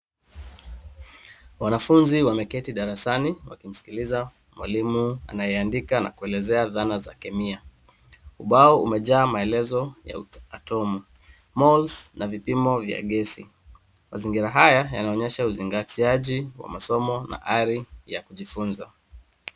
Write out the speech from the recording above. Wanafunzi wameketi darasani wakimskiliza mwalimu anayeandika na kuelezea dhana za kemia. Umbao umejaa maelezo ya atomu,(cs)moles(cs) na vipimo vya gesi .Mazingira haya yanaoenyesha uzingati wa masomo na hari ya kujifunza.